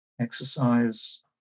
exercise